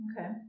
Okay